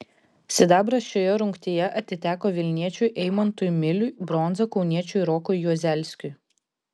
sidabras šioje rungtyje atiteko vilniečiui eimantui miliui bronza kauniečiui rokui juozelskiui